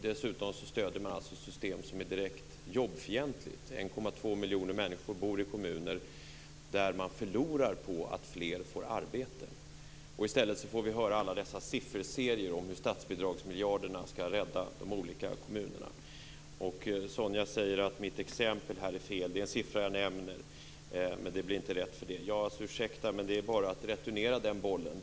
Dessutom stöder man alltså ett system som är direkt jobbfientligt. 1,2 miljoner människor bor i kommuner där man förlorar på att fler får arbete. I stället får vi höra alla dessa sifferserier om hur statsbidragsmiljarderna skall rädda de olika kommunerna. Sonia säger att den siffra som jag nämner är felaktig men att det inte blir rätt för det. Ursäkta, men det är bara att returnera den bollen.